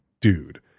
dude